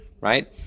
right